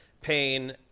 pain